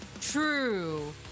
true